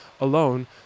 alone